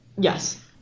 Yes